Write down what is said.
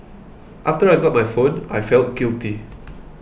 after I got my phone I felt guilty